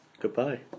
Goodbye